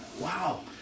wow